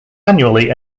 annually